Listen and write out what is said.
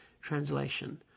translation